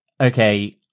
Okay